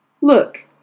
Look